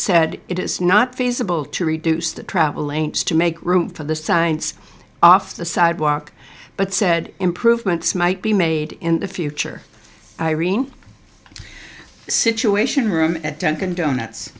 said it is not feasible to reduce the travel lanes to make room for the signs off the sidewalk but said improvements might be made in the future irene situation room at dunkin donuts